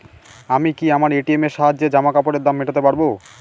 আমি কি আমার এ.টি.এম এর সাহায্যে জামাকাপরের দাম মেটাতে পারব?